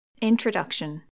Introduction